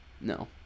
No